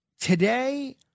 today